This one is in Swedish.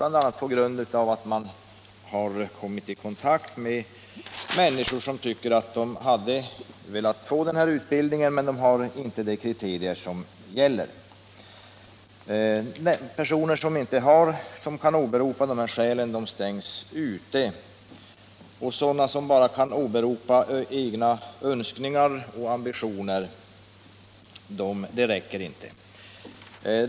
Jag har kommit i kontakt med människor som skulle vilja ha denna utbildning men som inte uppfyller de kriterier som ställs upp. De personer som inte kan åberopa dessa skäl utestängs; egna önskningar och ambitioner räcker inte.